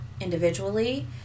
individually